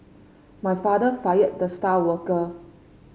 my father fired the star worker